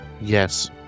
Yes